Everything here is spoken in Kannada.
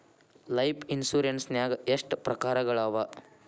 ಲೈಫ್ ಇನ್ಸುರೆನ್ಸ್ ನ್ಯಾಗ ಎಷ್ಟ್ ಪ್ರಕಾರ್ಗಳವ?